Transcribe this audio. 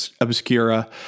Obscura